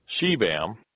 Shebam